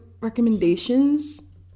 recommendations